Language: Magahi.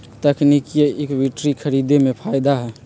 तकनिकिये इक्विटी खरीदे में फायदा हए